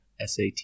SAT